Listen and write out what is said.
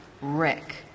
Rick